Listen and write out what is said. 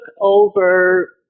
over